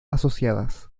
asociadas